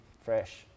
fresh